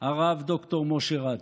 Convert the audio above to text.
הרב ד"ר משה רט,